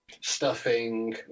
stuffing